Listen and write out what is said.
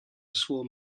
swarm